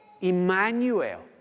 Emmanuel